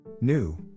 New